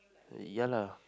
yeah lah